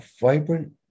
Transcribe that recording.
vibrant